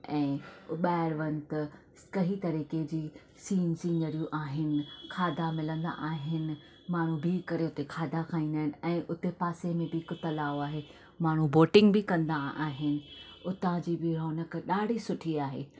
ऐं ॿाहिरि वञ त कंहिं तरिक़े जी सीन सीनरियूं आहिनि खाधा मिलंदा आहिनि माण्हू बीहु करे हुते खाधा खाईंदा आहिनि ऐं हुते पासे में बि हिकु तलाउ आहे माण्हू बोटिंग बि कंदा आहिनि उतां जी बि रोनक ॾाढी सुठी आहे